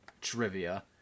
trivia